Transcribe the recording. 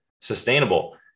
sustainable